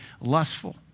lustful